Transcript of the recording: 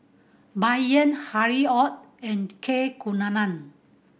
Bai Yan Harry Ord and K Kunalan